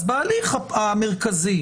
אז בהליך המרכזי,